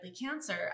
cancer